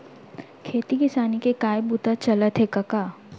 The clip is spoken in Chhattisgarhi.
खेती किसानी के काय बूता चलत हे कका?